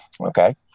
Okay